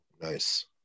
Nice